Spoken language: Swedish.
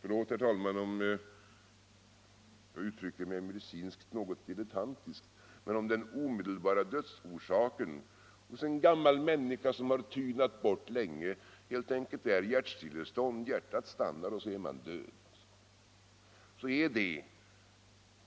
Förlåt, herr talman, om jag uttrycker mig medicinskt något dilettantiskt, men om den omedelbara dödsorsaken hos en gammal människa, som har tynat bort långsamt, helt enkelt är hjärtstillestånd — hjärtat stannar och så är man död — är det